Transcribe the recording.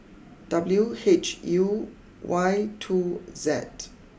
W H U Y two Z